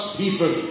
people